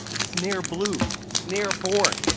snare blue, snare born,